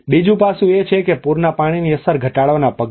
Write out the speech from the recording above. બીજો પાસું એ છે કે પૂરનાં પાણીની અસર ઘટાડવાનાં પગલાં